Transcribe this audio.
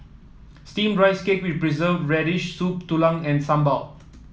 steamed Rice Cake with Preserved Radish Soup Tulang and Sambal